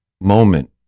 moment